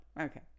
Okay